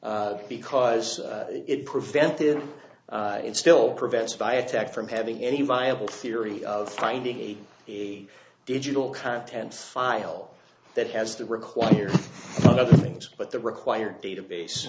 case because it prevented it still prevented by attack from having any viable theory of finding a digital content file that has the required things but the required database